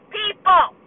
people